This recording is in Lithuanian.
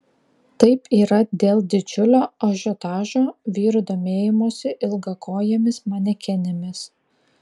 taip yra dėl didžiulio ažiotažo vyrų domėjimosi ilgakojėmis manekenėmis